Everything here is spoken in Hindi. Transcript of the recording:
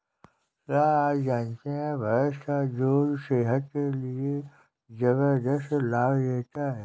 क्या आप जानते है भैंस का दूध सेहत के लिए जबरदस्त लाभ देता है?